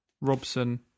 Robson